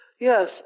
Yes